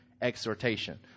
exhortation